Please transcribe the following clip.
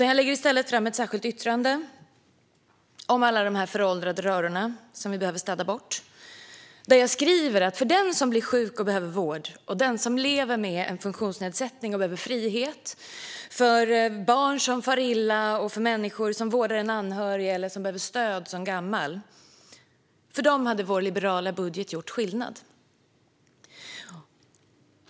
Jag lägger i stället fram ett särskilt yttrande om alla dessa föråldrade röror som vi behöver städa bort, där jag skriver: För den som blir sjuk och behöver vård, för den som lever med en funktionsnedsättning och behöver frihet, för barn som far illa och för människor som vårdar en anhörig eller behöver stöd som gamla hade vår liberala budget gjort skillnad.